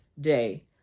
day